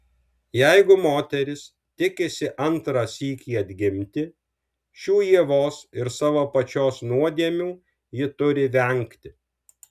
jeigu moteris tikisi antrą sykį atgimti šių ievos ir savo pačios nuodėmių ji turi vengti